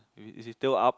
is is it still up